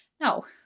No